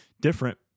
different